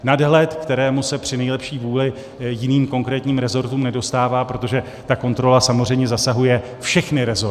Nadhled, kterému se při nejlepší vůli jiným konkrétním resortům nedostává, protože ta kontrola samozřejmě zasahuje všechny resorty.